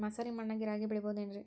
ಮಸಾರಿ ಮಣ್ಣಾಗ ರಾಗಿ ಬೆಳಿಬೊದೇನ್ರೇ?